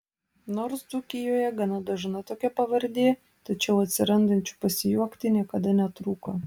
nors dzūkijoje gana dažna tokia pavardė tačiau atsirandančių pasijuokti niekada netrūko